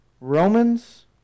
Romans